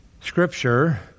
Scripture